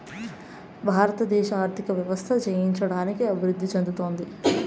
భారతదేశ ఆర్థిక వ్యవస్థ జయించడానికి అభివృద్ధి చెందుతోంది